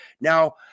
Now